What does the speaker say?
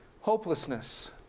hopelessness